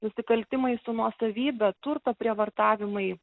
nusikaltimai su nuosavybe turto prievartavimai